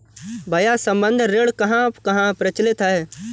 भैया संबंद्ध ऋण कहां कहां प्रचलित है?